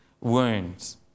wounds